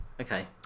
Okay